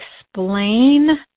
explain